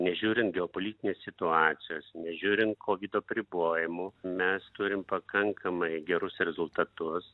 nežiūrint geopolitinės situacijos žiūrint kovido apribojimų mes turim pakankamai gerus rezultatus